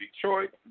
Detroit